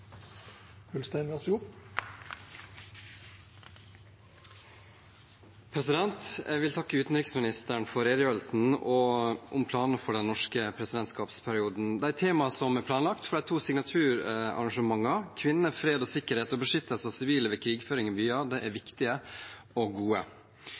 Jeg vil takke utenriksministeren for redegjørelsen om planene for den norske presidentskapsperioden. De temaene som er planlagt for de to signaturarrangementene, Kvinner, fred og sikkerhet og Beskyttelse av sivile ved krigføring i byer, er viktige og gode. Vi vet at i kjølvannet av koronapandemien har det